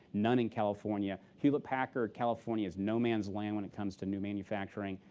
none in california. hewlett packard, california is no-man's land when it comes to new manufacturing.